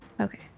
okay